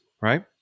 right